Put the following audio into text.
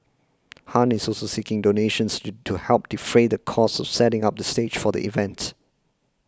Han is also seeking donations to help defray the cost of setting up the stage for the event